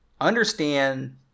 understand